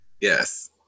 Yes